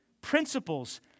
Principles